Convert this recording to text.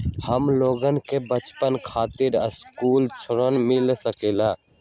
हमलोगन के बचवन खातीर सकलू ऋण मिल सकेला?